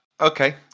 Okay